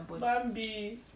Bambi